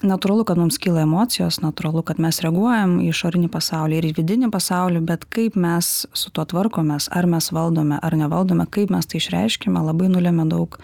natūralu kad mums kyla emocijos natūralu kad mes reaguojam į išorinį pasaulį ir vidinį pasaulį bet kaip mes su tuo tvarkomės ar mes valdome ar nevaldome kaip mes tai išreiškiame labai nulemia daug